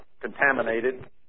contaminated